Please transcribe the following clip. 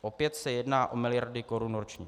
Opět se jedná o miliardy korun ročně.